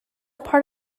part